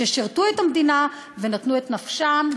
ששירתו את המדינה ונתנו את נפשם,